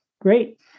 Great